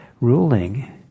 ruling